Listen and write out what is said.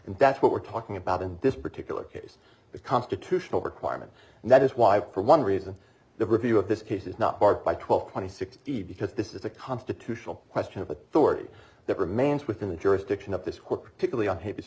and that's what we're talking about in this particular case the constitutional requirement and that is why for one reason the review of this case is not barred by twelve twenty six because this is a constitutional question of authority that remains within the jurisdiction of the score particularly on his